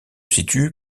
situe